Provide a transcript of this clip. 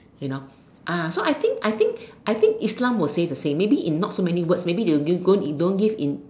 you know ah so I think I think I think Islam will say the same maybe in not so many words maybe they will give don't give in